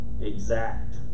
exact